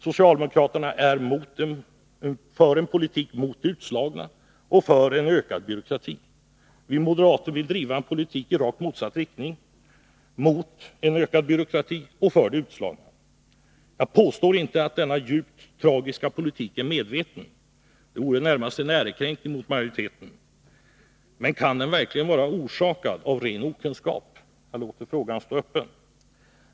Socialdemokraterna för en politik mot de utslagna och för en ökad byråkrati. Vi moderater vill driva en politik i rakt motsatt riktning: mot en ökad byråkrati och för de utslagna. Jag påstår inte att socialdemokraternas djupt tragiska politik är medveten — det vore närmast en ärekränkning mot utskottsmajoriteten — men kan den verkligen vara orsakad av ren okunskap? Jag låter frågan stå öppen.